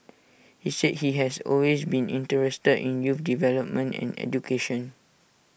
he said he has always been interested in youth development and education